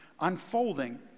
unfolding